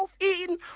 eating